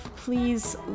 please